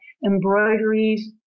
embroideries